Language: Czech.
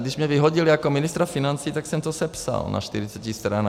Když mě vyhodili jako ministra financí, tak jsem to sepsal na čtyřiceti stranách.